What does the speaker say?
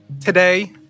Today